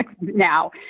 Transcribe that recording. now